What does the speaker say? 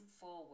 forward